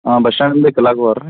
ಹಾಂ ಬಸ್ ಸ್ಟಾಂಡ್ದ್ ಬೇಕಾ ಲಾಗುವಾರ್